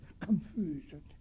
confusion